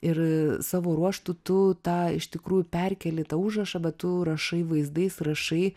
ir savo ruožtu tu tą iš tikrųjų perkeli tą užrašą bet tu rašai vaizdais rašai